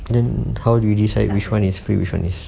then how do you decide which one is free which one is